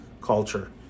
culture